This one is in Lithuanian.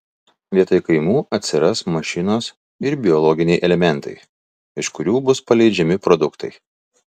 vietoj kaimų atsiras mašinos ir biologiniai elementai iš kurių bus paleidžiami produktai